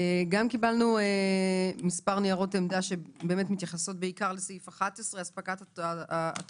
קיבלנו גם מספר ניירות עמדה שמתייחסות בעיקר לסעיף 11. אספקת התרופות,